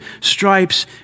stripes